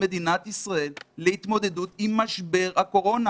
מדינת ישראל להתמודדות עם משבר הקורונה.